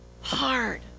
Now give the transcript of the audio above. hard